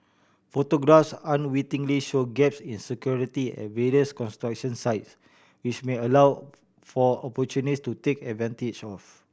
photographs unwittingly show gaps in security at various construction sites which may allow for opportunist to take advantage of